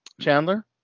chandler